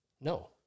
No